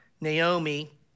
Naomi